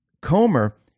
Comer